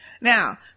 Now